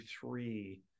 three